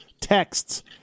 texts